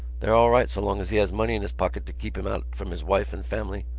they're all right so long as he has money in his pocket to keep him out from his wife and family.